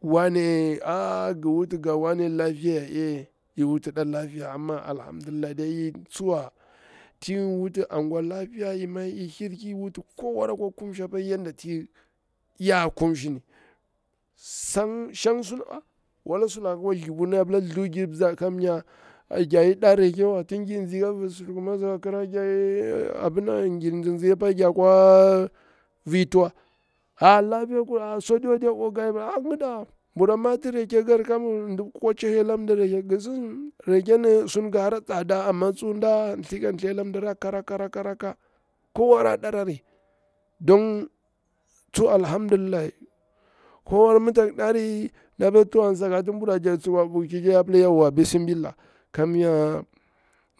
Ware a a ngi wuti nga ware lapiya ya, ey ik wuri ɗa lapiya amma alhamdulillah dai tsuwa ti wuti anguwa lapiya ima i hiri ki wuti anguwa lapiya, ki wuti ko wari akwa kumshi apa yarda ti ya kumshi ni. Shong sun a wala sulaka akwa thiburna ya pia thu jir mzwa geɗi nda reke wa tin jir nzi apani ka viti surkum azi, ey abinnan jir nzinzi aoa gera kwa a vir tuwa, a a lapiya kur a a su aɗiwa diya oga, i pila ngida bura mati reke kikiri ka bur kan kwace ha la mdi reke, sun ki hara tsada amma tsu nda thiy ka thiy ak mdi rakka rakka, ko wari a darari, don tsu alhamdulillah, ko wari mi tsak dari an tsa sakati bura jakti tsukwa ɗukchi cha tiya pila yawwa bismillah, kamnya